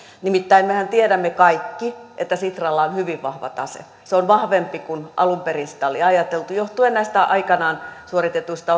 nimittäin mehän tiedämme kaikki että sitralla on hyvin vahva tase se on vahvempi kuin alun perin oli ajateltu johtuen aikanaan suoritetusta